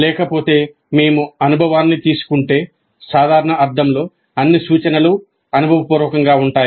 లేకపోతే మేము అనుభవాన్ని తీసుకుంటే సాధారణ అర్థంలో అన్ని సూచనలు అనుభవపూర్వకంగా ఉంటాయి